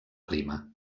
clima